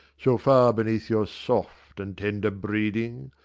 so far beneath your soft and tender breeding,